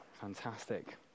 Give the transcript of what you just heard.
fantastic